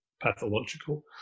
pathological